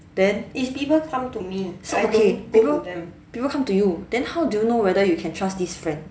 then so people come to you then how do know whether you can trust this friend